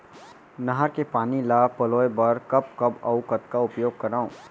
नहर के पानी ल पलोय बर कब कब अऊ कतका उपयोग करंव?